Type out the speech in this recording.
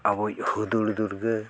ᱟᱵᱚᱭᱤᱡ ᱦᱩᱫᱩᱲ ᱫᱩᱨᱜᱟᱹ